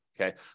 Okay